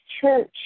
church